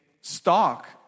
stock